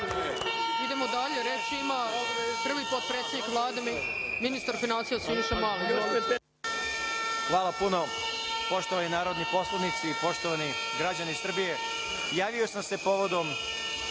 Hvala puno. Poštovani narodni poslanici, poštovani građani Srbije,